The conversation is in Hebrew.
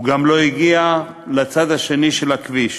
הוא גם לא הגיע לצד השני של הכביש.